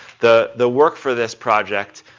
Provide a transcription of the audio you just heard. the the work for this project,